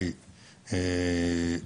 לאחר